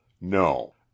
No